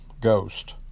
ghost